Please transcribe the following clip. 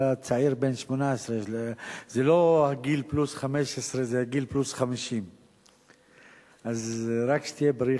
אתה צעיר בן 18. זה לא גיל פלוס 15 זה גיל פלוס 50. רק שתהיה בריא,